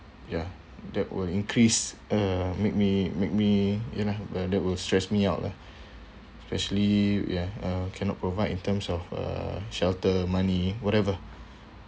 ya that will increase uh make me make me ya lah uh that will stress me out lah especially ya uh cannot provide in terms of uh shelter money whatever